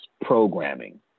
programming